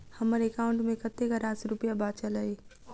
हम्मर एकाउंट मे कतेक रास रुपया बाचल अई?